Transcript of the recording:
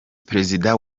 perezida